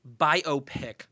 biopic